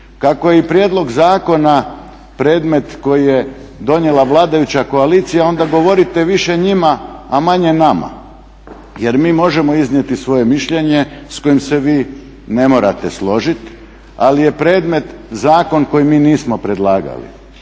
Kako je i prijedlog zakona predmet koji je donijela vladajuća koalicija onda govorite više njima, a manje nama. Jer mi možemo iznijeti svoje mišljenje s kojim se vi ne morate složiti ali je predmet zakon koji mi nismo predlagali.